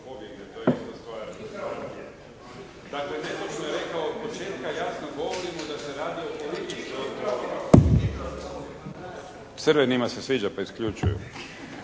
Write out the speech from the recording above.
Crvenima se sviđa pa isključuju!